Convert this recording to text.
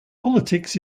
politics